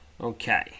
Okay